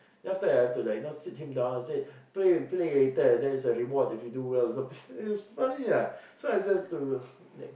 then after that I'll have to like you know sit him down and say play play later there's a reward if you do well or something it was funny lah so I just have to